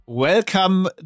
Welcome